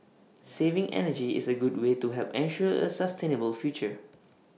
saving energy is A good way to help ensure A sustainable future